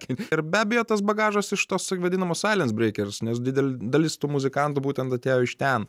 ir be abejo tas bagažas iš tos vadinamos salės breikerius nes didelė dalis tų muzikantų būtent atėjo iš ten